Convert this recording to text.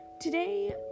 today